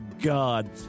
God